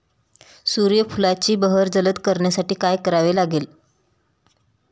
सूर्यफुलाची बहर जलद करण्यासाठी काय करावे लागेल?